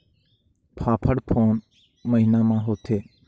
फाफण कोन महीना म होथे?